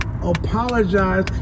apologize